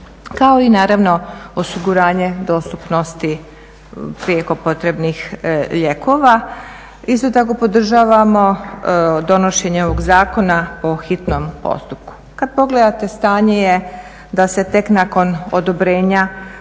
kao i naravno osiguranje dostupnosti prijeko potrebnih lijekova. Isto tako podržavamo donošenje ovog zakona po hitnom postupku. Kad pogledate stanje je da se tek nakon odobrenja